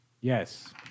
Yes